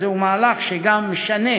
כי זהו מהלך שגם משנה